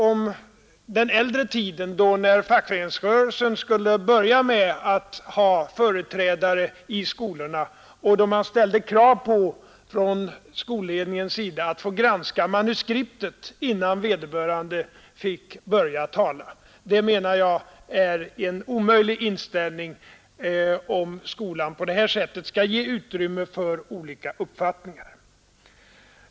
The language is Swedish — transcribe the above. I den äldre tiden, när fackföreningsrörelsen började sända företrädare till skolorna, då ställde skolornas ledning krav på att få granska manuskriptet innan vederbörande fick börja tala. Det är en omöjlig inställning, om skolan skall kunna ge utrymme för olika uppfattningar.